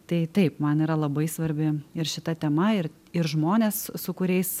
tai taip man yra labai svarbi ir šita tema ir ir žmonės su kuriais